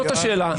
זאת השאלה.